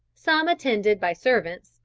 some attended by servants,